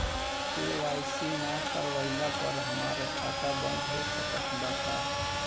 KYC ना करवाइला पर हमार खाता बंद हो सकत बा का?